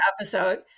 episode